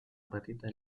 petita